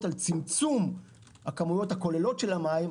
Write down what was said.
על צמצום הכמויות הכוללות של המים,